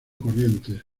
corrientes